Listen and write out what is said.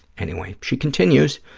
anyway, she continues,